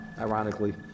ironically